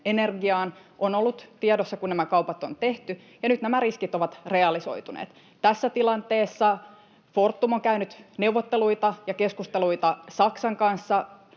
energiaan ovat olleet tiedossa, kun nämä kaupat on tehty, ja nyt nämä riskit ovat realisoituneet. Tässä tilanteessa Fortum on käynyt neuvotteluita ja keskusteluita Saksan kanssa.